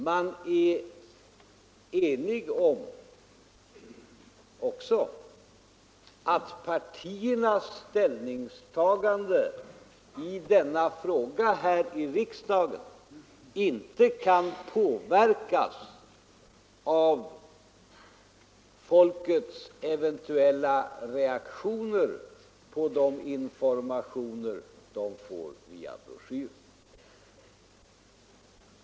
Man är också enig om att partiernas ställningstagande i denna fråga här i riksdagen inte kan påverkas av folkets eventuella reaktioner på de informationer det får via en broschyr.